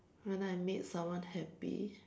when I made someone happy